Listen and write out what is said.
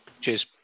cheers